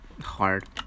Hard